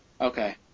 Okay